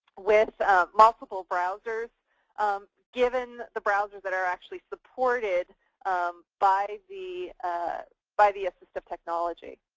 with multiple browsers given the browsers that are actually supported by the ah by the assistive technology.